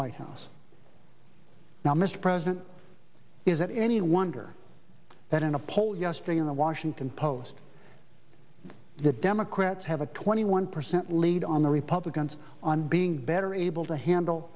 white house now mr president is it any wonder that in a poll yesterday in the washington post the democrats have a twenty one percent lead on the republicans on being better able to handle